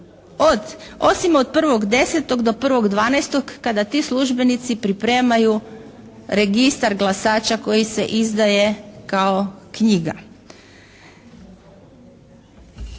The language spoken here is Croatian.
osim od 1.10. do 1.12. kada ti službenici pripremaju registar glasača koji se izdaje kao knjiga,